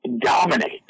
dominate